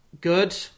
good